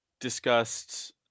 discussed